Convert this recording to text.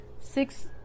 six